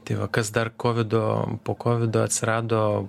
tai va kas dar kovido po kovido atsirado